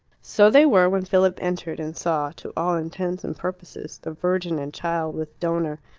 so they were when philip entered, and saw, to all intents and purposes, the virgin and child, with donor.